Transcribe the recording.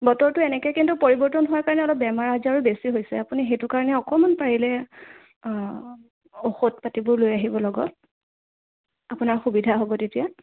বতৰটো এনেকৈ কিন্তু পৰিৱৰ্তন হোৱাৰ কাৰণে অলপ বেমাৰ আজাৰো বেছি হৈছে আপুনি সেইটো কাৰণে অকণমান পাৰিলে ঔষধ পাতিবোৰ লৈ আহিব লগত আপোনাৰ সুবিধা হ'ব তেতিয়া